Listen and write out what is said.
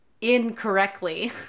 incorrectly